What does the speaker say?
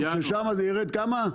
ושם זה ירד בכמה?